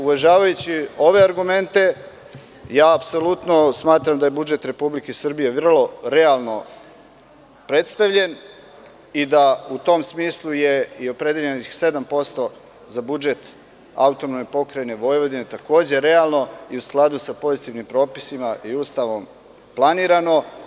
Uvažavajući ove argumente, apsolutno smatram da je budžet Republike Srbije vrlo realno predstavljen i da je u tom smislu opredeljenih 7% za budžet AP Vojvodine takođe realno i u skladu sa pozitivnim propisima i Ustavom planirano.